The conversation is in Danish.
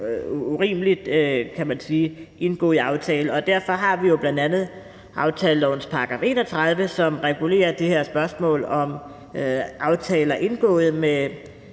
Derfor har vi jo bl.a. aftalelovens § 31, som regulerer det her spørgsmål om aftaler indgået med